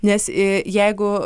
nes i jeigu